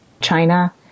China